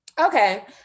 okay